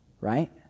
right